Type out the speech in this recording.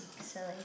Silly